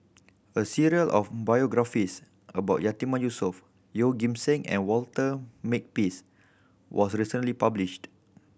a series of biographies about Yatiman Yusof Yeoh Ghim Seng and Walter Makepeace was recently published